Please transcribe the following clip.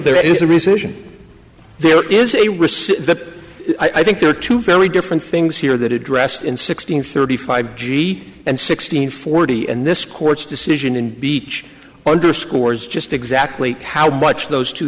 there is a recession there is a risk that i think there are two very different things here that addressed in sixteen thirty five g and sixteen forty and this court's decision in beach underscores just exactly how much those two